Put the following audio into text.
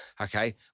Okay